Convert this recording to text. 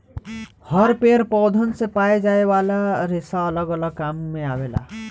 हर पेड़ पौधन से पाए जाये वाला रेसा अलग अलग काम मे आवेला